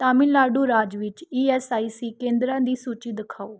ਤਾਮਿਲਨਾਡੂ ਰਾਜ ਵਿੱਚ E S I C ਕੇਂਦਰਾਂ ਦੀ ਸੂਚੀ ਦਿਖਾਓ